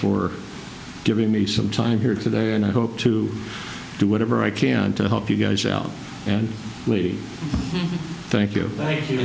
for giving me some time here today and i hope to do whatever i can to help you guys out and we thank you th